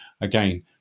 again